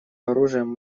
оружием